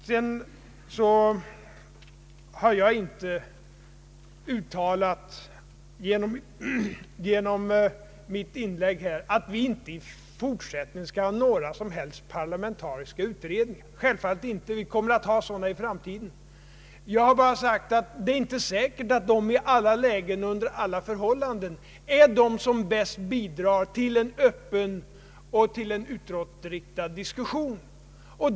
Vidare har jag inte genom mitt inlägg i denna debatt uttalat att vi inte i fortsättningen skall ha några som helst — parlamentariska = utredningar. Självfallet inte! Vi kommer att ha sådana utredningar i framtiden. Jag har bara sagt att det inte är säkert att sådana utredningar i alla lägen och under alla förhållanden bäst bidrar till en öppen och utåtriktad diskussion.